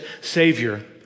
savior